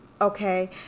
Okay